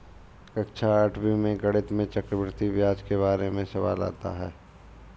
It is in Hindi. कक्षा आठवीं में गणित में चक्रवर्ती ब्याज के बारे में सवाल आता है